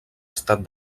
estat